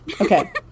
Okay